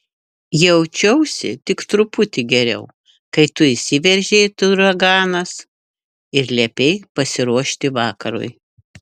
jaučiausi tik truputį geriau kai tu įsiveržei it uraganas ir liepei pasiruošti vakarui